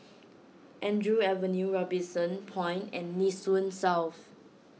Andrew Avenue Robinson Point and Nee Soon South